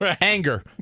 Anger